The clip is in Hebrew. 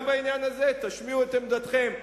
גם בעניין הזה תשמיעו את עמדתכם.